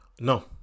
No